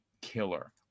killer